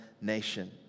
nation